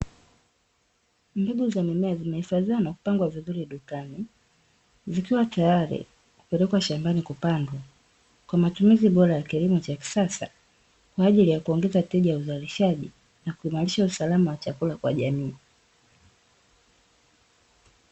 Mbegu za mimea zimehifadhiwa na kupangwa vizuri dukani zikiwa tayari kupelekwa shambani kupandwa kwa matumizi bora ya kilimo cha kisasa kwa ajili ya kuongeza tija ya uzalishaji na kuimarisha usalama wa chakula kwa jamii.